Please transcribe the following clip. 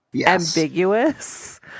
ambiguous